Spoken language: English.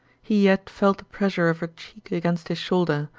he yet felt the pressure of her cheek against his shoulder,